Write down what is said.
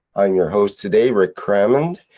i'm your host today, rick crammond.